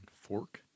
Fork